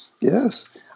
yes